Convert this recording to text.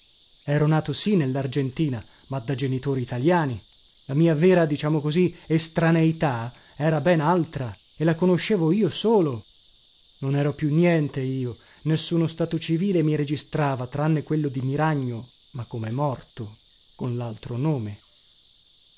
ero nato sì nellargentina ma da genitori italiani la mia vera diciamo così estraneità era ben altra e la conoscevo io solo non ero più niente io nessuno stato civile mi registrava tranne quello di miragno ma come morto con laltro nome